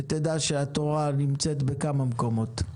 שתדע שהתורה נמצאת בכמה מקומות.